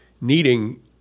needing